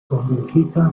konvinkita